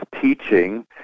teaching